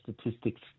statistics